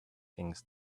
things